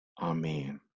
Amen